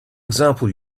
example